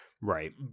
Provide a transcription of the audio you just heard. right